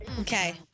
Okay